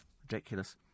Ridiculous